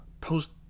post